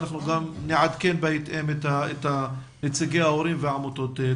בהתאם נעדכן את נציגי ההורים והעמותות.